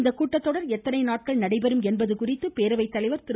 இந்த கூட்டத்தொடர் எத்தனை நாட்கள் நடைபெறும் என்பது குறித்து பேரவைத்தலைவர் திரு